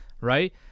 right